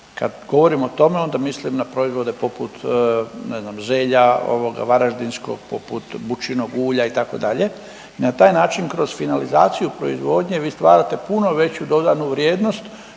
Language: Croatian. Kad govorim o tome onda mislim na proizvode poput ne znam zelja ovog varaždinskog, poput bućinog ulja itd. i na taj način kroz finalizaciju proizvodnje vi stvarate puno veću dodanu vrijednost